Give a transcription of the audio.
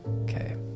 Okay